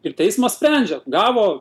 ir teismas sprendžia gavo